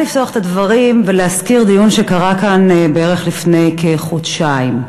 כאן בערך לפני חודשיים,